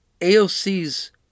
AOC's